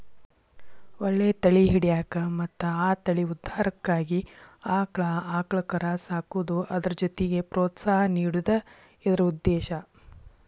ಒಳ್ಳೆ ತಳಿ ಹಿಡ್ಯಾಕ ಮತ್ತ ಆ ತಳಿ ಉದ್ಧಾರಕ್ಕಾಗಿ ಆಕ್ಳಾ ಆಕಳ ಕರಾ ಸಾಕುದು ಅದ್ರ ಜೊತಿಗೆ ಪ್ರೋತ್ಸಾಹ ನೇಡುದ ಇದ್ರ ಉದ್ದೇಶಾ